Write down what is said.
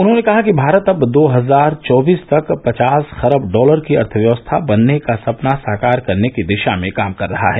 उन्होंने कहा कि भारत अब दो हजार चौबीस तक पचास खरब डॉलर की अर्थव्यवस्था बनने का संपना साकार करने की दिशा में काम कर रहा है